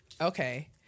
Okay